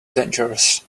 dangerous